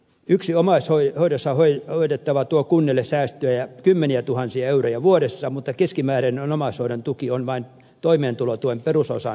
yksi omaishoidossa hoidettava tuo kunnille säästöä kymmeniätuhansia euroja vuodessa mutta keskimääräinen omaishoidon tuki on vain toimeentulotuen perusosan suuruusluokkaa